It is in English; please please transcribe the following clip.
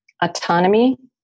Autonomy